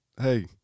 Hey